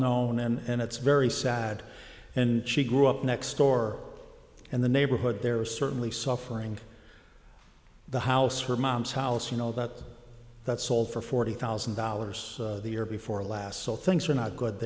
known and it's very sad and she grew up next door and the neighborhood there was certainly suffering the house her mom's house and all that that sold for forty thousand dollars a year before last so things are not good